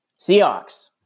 Seahawks